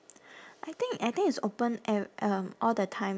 I think I think it's open eve~ um all the time